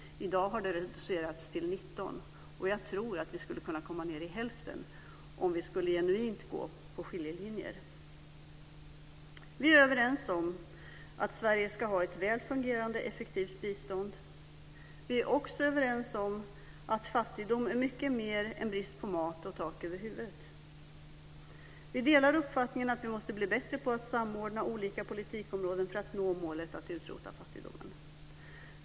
I dag har det reducerats till 19. Jag tror att vi skulle kunna komma ned i hälften om vi genuint skulle gå på skiljelinjer. Vi är överens om att Sverige ska ha ett väl fungerande och effektivt bistånd. Vi är också överens om att fattigdom är mycket mer än brist på mat och tak över huvudet. Vi delar uppfattningen att vi måste bli bättre på att samordna olika politikområden för att nå målet att utrota fattigdomen.